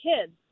kids